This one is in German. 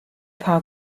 paar